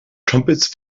trumpets